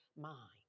mind